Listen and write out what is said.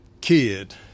kid